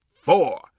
four